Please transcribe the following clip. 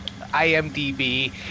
IMDb